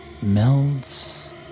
melds